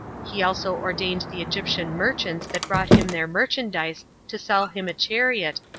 he also ordained the egyptian merchants that brought him their merchandise to sell him a chariot,